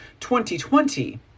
2020